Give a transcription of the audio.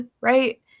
right